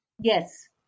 Yes